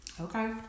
Okay